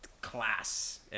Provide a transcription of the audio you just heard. Class